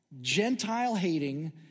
Gentile-hating